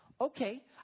okay